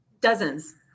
Dozens